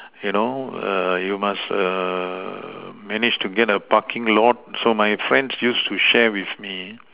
you know err you must err manage to get a parking lot so my friend used to share with me